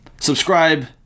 subscribe